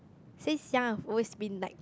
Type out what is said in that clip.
since young I've always been like